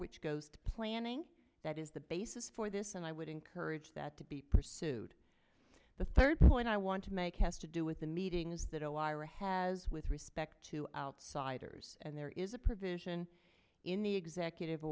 which goes to planning that is the basis for this and i would encourage that to be pursued the third point i want to make has to do with the meetings that a lawyer has with respect to outsiders and there is a provision in the executive